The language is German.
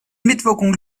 mitwirkung